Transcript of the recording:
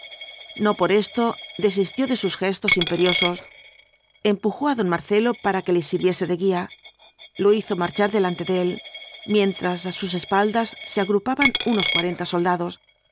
no por esto desistió de sus gestos imperiosos empujó á don marcelo para que le sirviese de guía lo hizo marchar delante de él mientras á sus espaldas se agrupaban unos cuarenta soldados